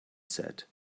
said